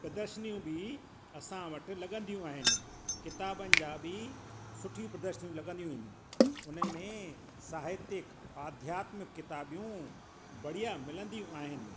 प्रदशनियूं बि असां वटि लॻंदियूं आहिनि किताबनि जा बि सुठी प्रदशनियूं लॻंदियूं आहिनि उनमें साहित्यक आध्यात्मिक किताबियूं बढ़िया मिलंदियूं आहिनि